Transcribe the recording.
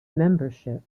membership